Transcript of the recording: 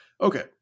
okay